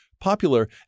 popular